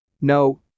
no